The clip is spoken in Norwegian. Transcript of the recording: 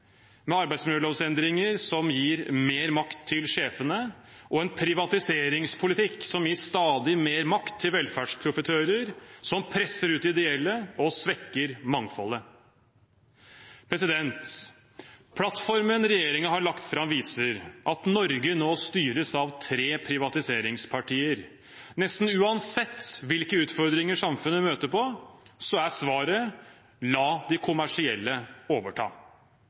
mye, arbeidsmiljølovendringer som gir mer makt til sjefene, og en privatiseringspolitikk som gir stadig mer makt til velferdsprofitører som presser ut ideelle og svekker mangfoldet. Plattformen regjeringen har lagt fram, viser at Norge nå styres av tre privatiseringspartier. Nesten uansett hvilke utfordringer samfunnet møter, er svaret å la de kommersielle overta.